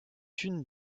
une